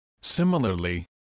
similarly